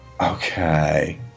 Okay